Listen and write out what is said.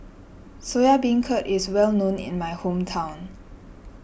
Soya Beancurd is well known in my hometown